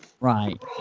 Right